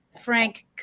Frank